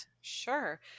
Sure